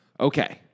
Okay